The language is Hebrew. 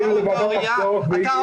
ראש העיר בגופו עצר את הפרסומים ש-90-80